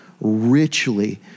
richly